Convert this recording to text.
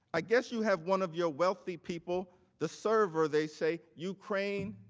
i guess you have one of your wealthy people, the server they say ukraine